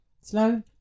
slow